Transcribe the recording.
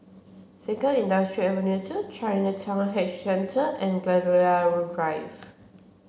Sengkang Industrial Ave Two Chinatown Heritage Centre and Gladiola Drive